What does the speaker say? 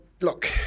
look